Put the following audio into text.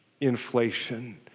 inflation